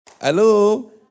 Hello